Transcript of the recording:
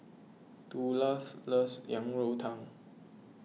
Tula loves Yang Rou Tang